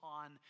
on